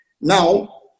Now